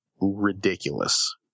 ridiculous